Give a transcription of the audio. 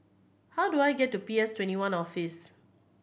how do I get to P S Twenty one Office